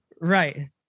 Right